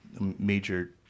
major